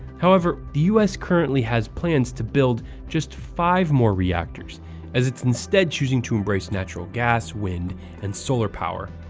however, the us currently has plans to build just five more reactors as it's instead choosing to embrace natural gas, wind and solar power.